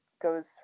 goes